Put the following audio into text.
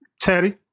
Teddy